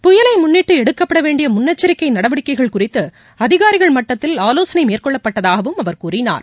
புயலை முன்னிட்டு எடுக்கப்பட வேண்டிய முன்னெச்சிக்கை நடவடிக்கைகள் குறித்து அதிகாரிகள் மட்டத்தில் ஆலோசனை மேற்கொள்ளப்பட்டதாகவும் அவர் கூறினார்